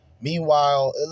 Meanwhile